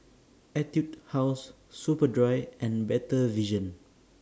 Etude House Superdry and Better Vision